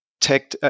tech